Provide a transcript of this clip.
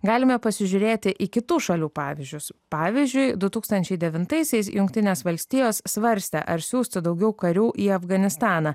galime pasižiūrėti į kitų šalių pavyzdžius pavyzdžiui du tūkstančiai devintaisiais jungtinės valstijos svarstė ar siųsti daugiau karių į afganistaną